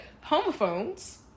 Homophones